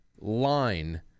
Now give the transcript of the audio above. line